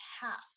half